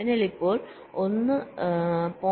അതിനാൽ ഇപ്പോൾ ഒന്ന് 0